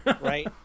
right